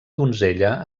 donzella